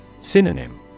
Synonym